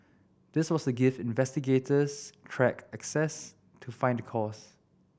this was to give investigators track access to find the cause